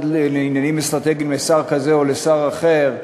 לעניינים אסטרטגיים לשר כזה או לשר אחר,